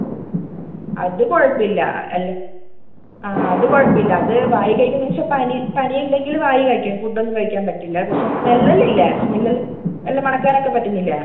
അത് കുഴപ്പമില്ല അല്ല ആ അത് കുഴപ്പമില്ല അത് വായ് കയ്ക്കുന്നതെന്നുവെച്ചാൽ പനി പനിയുണ്ടെങ്കിൽ വായ് കയ്ക്കും ഫുഡ് ഒന്നും കഴിക്കാൻ പറ്റില്ല പക്ഷേ സ്മെൽ എല്ലാമില്ലേ സ്മെൽ എല്ലാം എല്ലാം മണക്കാനൊക്കെ പറ്റുന്നില്ലേ